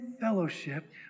fellowship